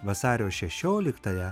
vasario šešioliktąją